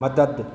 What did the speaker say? मददु